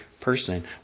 person